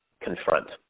confront